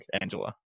Angela